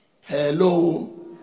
Hello